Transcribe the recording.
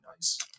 nice